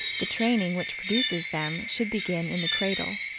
the training which produces them should begin in the cradle.